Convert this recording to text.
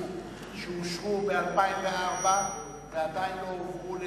שאושרו ב-2004 ועדיין לא הועברו,